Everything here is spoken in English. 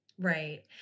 Right